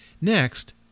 Next